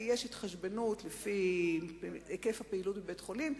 כי יש התחשבנות לפי היקף הפעילות בבית-החולים.